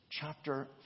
chapter